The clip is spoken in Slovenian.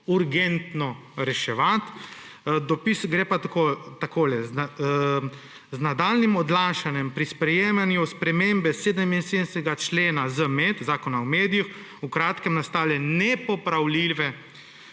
urgentno reševati. Dopis gre pa takole: »Z nadaljnjim odlašanjem pri sprejemanju spremembe 77. člena ZMed,« Zakona o medijih, »bodo v kratkem nastale nepopravljive